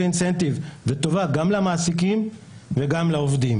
אינסנטיב וטובה גם למעסיקים וגם לעובדים.